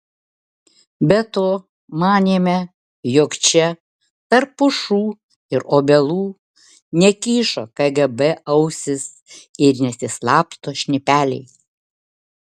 be to manėme jog čia tarp pušų ir obelų nekyšo kgb ausys ir nesislapsto šnipeliai